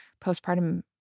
postpartum